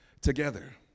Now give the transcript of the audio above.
together